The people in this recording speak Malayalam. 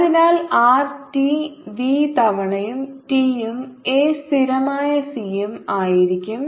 അതിനാൽ r t V തവണ t യും a സ്ഥിരമായ c ഉം ആയിരിക്കും